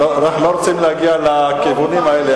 אנחנו לא רוצים להגיע לכיוונים האלה.